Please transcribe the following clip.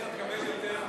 מועד תחילת הזכאות